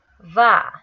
Va